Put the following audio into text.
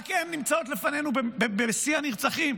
רק הן נמצאות לפנינו בשיא הנרצחים.